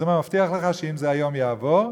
אז הוא אומר: מבטיח לך שאם היום זה יעבור,